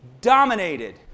Dominated